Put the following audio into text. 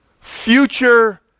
future